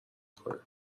کنه